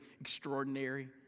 extraordinary